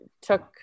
took